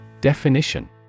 Definition